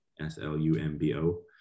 s-l-u-m-b-o